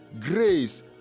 grace